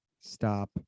stop